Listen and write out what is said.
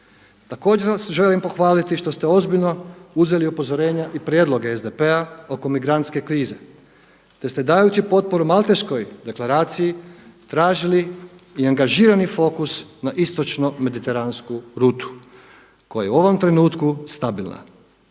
Također vas želim pohvaliti što ste ozbiljno uzeli upozorenja i prijedloge SDP-a oko migrantske krize, te ste dajući potporu Malteškoj deklaraciji tražili i angažirani fokus na istočno mediteransku rutu koja je u ovom trenutku stabilna.